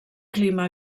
clima